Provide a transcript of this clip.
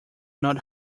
not